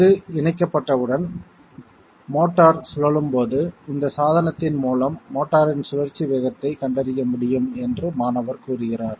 இது இணைக்கப்பட்டவுடன் மோட்டார் சுழலும் போது இந்த சாதனத்தின் மூலம் மோட்டாரின் சுழற்சி வேகத்தை கண்டறிய முடியும் என்று மாணவர் கூறுகிறார்